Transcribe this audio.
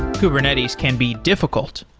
kubernetes can be difficult.